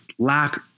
lack